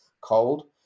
cold